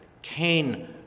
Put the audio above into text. Cain